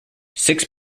six